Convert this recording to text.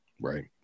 right